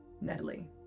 Natalie